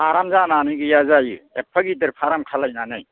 farm जानानै गैया जायो एबफा गिदिर फार्म खालामनानै